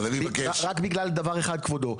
רק בגלל דבר אחד כבודו,